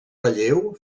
relleu